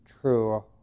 true